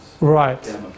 Right